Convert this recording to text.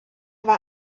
war